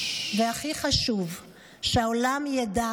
והכי חשוב, שהעולם ידע